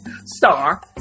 star